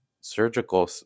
surgical